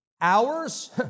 Hours